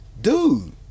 dude